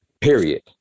period